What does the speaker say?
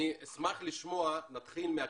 אשמח לשמוע, נתחיל מהקריטריונים,